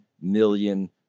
million